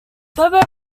bobo